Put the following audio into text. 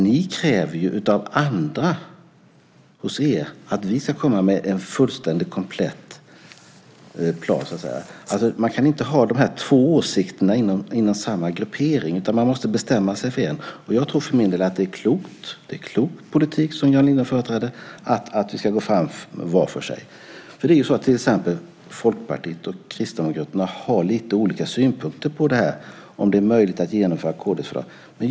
Ni kräver ju genom andra hos er att vi ska komma med en fullständigt komplett plan. Man kan inte ha dessa två åsikter inom samma gruppering. Man måste bestämma sig för en. Jag tror för min del att det är en klok politik som Jan Lindholm företräder, nämligen att vi ska gå fram var för sig. Det är till exempel så att Folkpartiet och Kristdemokraterna har lite olika synpunkter på om det är möjligt att genomföra kd:s förslag.